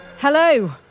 hello